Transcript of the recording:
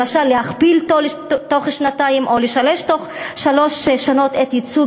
למשל להכפיל בתוך שנתיים או לשלש בתוך שלוש שנים את הייצוג